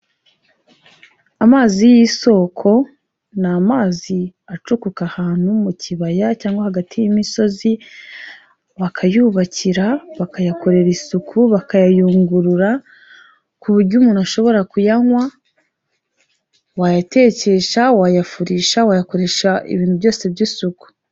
Amazi y'isoko ni amazi acukuka ahantu mu kibaya cyangwa hagati y'imisozi bakayubakira, bakayakorera isuku, bakayayungurura, ku buryo umuntu ashobora kuyanywa, wayatekesha, wayafurisha, wayakoresha ibintu byose by'isuku.